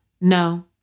No